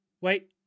Wait